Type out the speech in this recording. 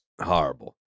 horrible